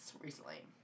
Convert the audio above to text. recently